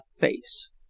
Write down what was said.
face